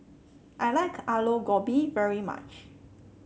I like Aloo Gobi very much